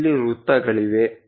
ಇಲ್ಲಿ ವೃತ್ತಗಳಿವೆ